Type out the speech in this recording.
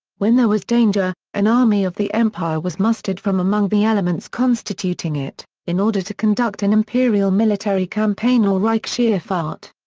when there was danger, an army of the empire was mustered from among the elements constituting it, in order to conduct an imperial military campaign or reichsheerfahrt.